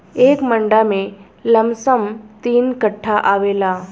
एक मंडा में लमसम तीन कट्ठा आवेला